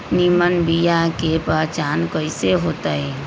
निमन बीया के पहचान कईसे होतई?